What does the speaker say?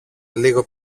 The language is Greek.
λίγο